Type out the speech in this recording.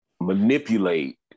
manipulate